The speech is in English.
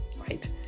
right